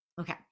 Okay